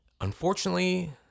Unfortunately